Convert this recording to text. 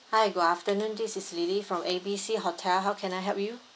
hi good afternoon this is lily from A B C hotel how can I help you